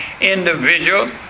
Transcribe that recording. individual